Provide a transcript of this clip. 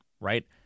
right